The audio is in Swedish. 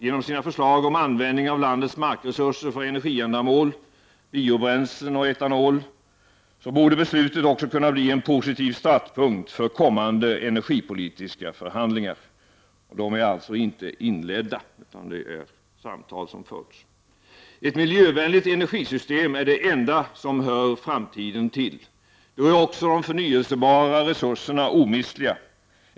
Genom sina förslag om användning av landets markresurser för energiändamål — biobränslen och etanol — borde beslutet också kunna bli en positiv startpunkt för kommande energipolitiska förhandlingar. Dessa förhandlingar är alltså ännu inte inledda, utan det är samtal som förs. Ett miljövänligt energisystem är det enda som hör framtiden till. Då är också de förnyelsebara resurserna omistliga.